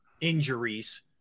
injuries